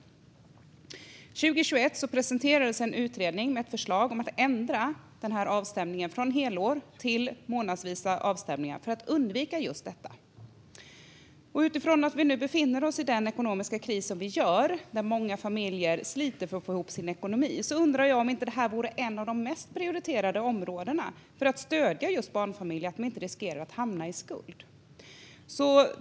År 2021 presenterades en utredning med ett förslag om att ändra denna avstämning från helår till månadsvisa avstämningar för att undvika just detta. Utifrån att vi nu befinner oss i en ekonomisk kris, där många familjer sliter för att få ihop sin ekonomi, undrar jag om inte detta borde vara ett av de mest prioriterade områdena för att stödja just barnfamiljer så att de inte riskerar att hamna i skuld.